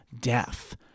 Death